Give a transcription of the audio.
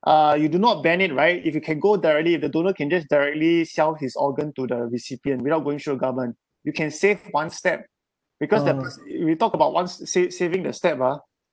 uh you do not ban it right if you can go directly if the donor can just directly sell his organ to the recipient without going through a government you can save one step because the we talk about once sav~ saving the step ah